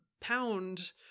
pound